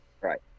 right